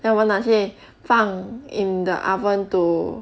then 我拿去放 in the oven to